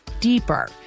deeper